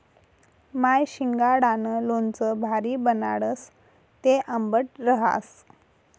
माय शिंगाडानं लोणचं भारी बनाडस, ते आंबट रहास